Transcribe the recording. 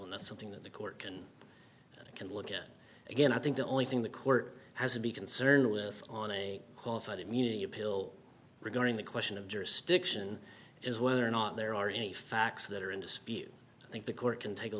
and that's something that the court can i can look at it again i think the only thing the court has to be concerned with on a qualified immunity appeal regarding the question of jurisdiction is whether or not there are any facts that are in dispute i think the court can take a